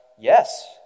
yes